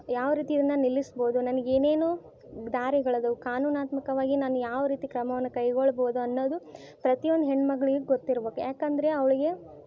ಯಾವರೀತಿ ಇವುನ್ನ ನಿಲ್ಲಿಸ್ಬೌದು ನನ್ಗೆ ಏನೇನು ದಾರಿಗಳಿದಾವು ಕಾನೂನಾತ್ಮಕವಾಗಿ ನಾನು ಯಾವರೀತಿ ಕ್ರಮವನ್ನು ಕೈಗೊಳ್ಬೌದು ಅನ್ನೋದು ಪ್ರತೀ ಒಂದು ಹೆಣ್ಣುಮಗ್ಳಿಗು ಗೊತ್ತಿರ್ಬೇಕು ಯಾಕಂದರೆ ಅವಳಿಗೆ